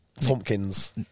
Tompkins